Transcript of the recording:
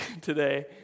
today